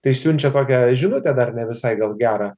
tai siunčia tokią žinutę dar ne visai gal gerą